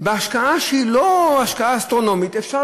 בהשקעה שהיא לא השקעה אסטרונומית אפשר